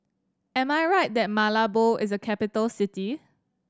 am I right that Malabo is a capital city